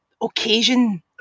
occasion